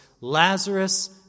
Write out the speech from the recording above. Lazarus